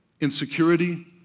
insecurity